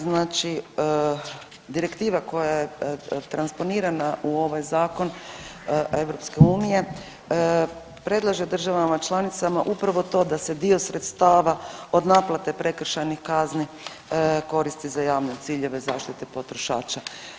Znači direktiva koje je transponirana u ovaj zakon EU predlaže državama članicama upravo to da se dio sredstava od naplate prekršajnih kazni koristi za javne ciljeve zaštite potrošača.